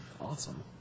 Awesome